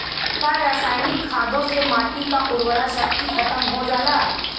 का रसायनिक खादों से माटी क उर्वरा शक्ति खतम हो जाला?